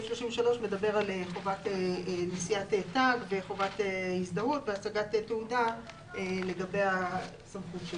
מדבר על חובת נשיאת תג וחובת הזדהות והצגת תעודה לגבי הסמכות שלו.